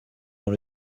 dans